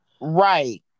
Right